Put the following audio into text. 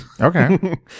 Okay